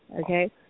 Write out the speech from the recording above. Okay